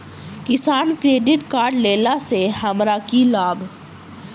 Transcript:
किसान credit card लेला सऽ हमरा की लाभ?